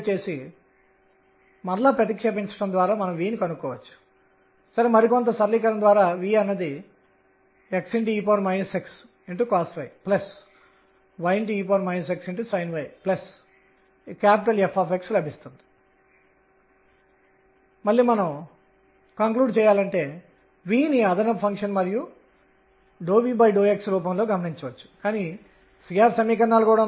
కాబట్టి ఈ ఉపన్యాసం ద్వారా నేను మీ ద్వారా చూపించినది ఏమిటంటే మనం పూర్తి 3d మోషన్ని చలనాన్ని అనుమతిస్తే ఏమి జరుగుతుంది